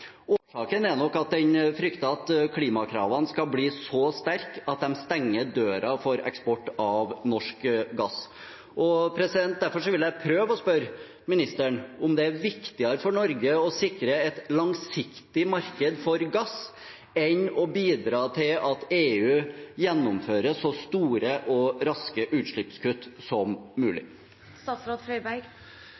Årsaken er nok at den frykter at klimakravene skal bli så sterke at de stenger døren for eksport av norsk gass. Derfor vil jeg prøve å spørre ministeren om det er viktigere for Norge å sikre et langsiktig marked for gass enn å bidra til at EU gjennomfører så store og raske utslippskutt som mulig.